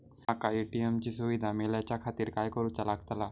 माका ए.टी.एम ची सुविधा मेलाच्याखातिर काय करूचा लागतला?